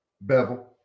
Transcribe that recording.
Bevel